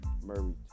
Murray